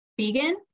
vegan